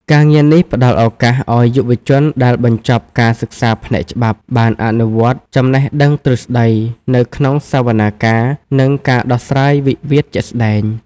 ការងារនេះផ្តល់ឱកាសឱ្យយុវជនដែលបញ្ចប់ការសិក្សាផ្នែកច្បាប់ បានអនុវត្តចំណេះដឹងទ្រឹស្តីនៅក្នុងសវនាការ និងការដោះស្រាយវិវាទជាក់ស្តែង។